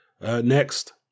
next